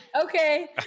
Okay